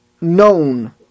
known